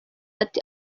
ati